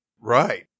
Right